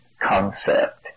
concept